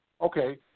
okay